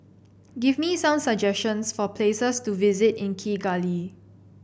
give me some suggestions for places to visit in Kigali